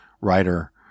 writer